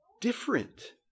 different